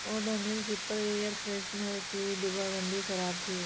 Odonil zipper air freshener की डिब्बाबंदी ख़राब थी